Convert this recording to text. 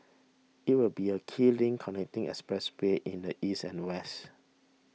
it will be a key link connecting expressways in the east and west